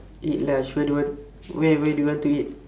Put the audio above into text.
eat lunch where do you want where where do you want to eat